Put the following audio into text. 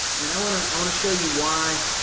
and then i want to, i want to show you why,